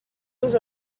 los